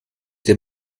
der